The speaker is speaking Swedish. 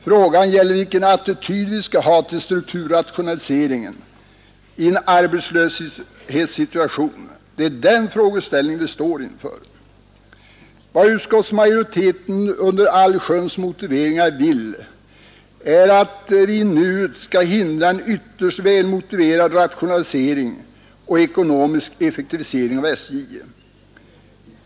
Frågan gäller vilken attityd vi skall ha till strukturrationaliseringen i en arbetslöshetssituation. Det är den frågeställningen vi står inför. Vad utskottsmajoriteten under allsköns motiveringar vill är att vi nu skall hindra en ytterst välmotiverad rationalisering och ekonomisk effektivisering av SJ.